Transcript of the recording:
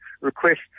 request